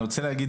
אני רוצה להגיד,